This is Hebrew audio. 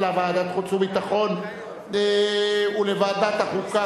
לוועדת החוץ והביטחון ולוועדת החוקה,